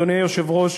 אדוני היושב-ראש,